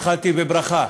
התחלתי בברכה.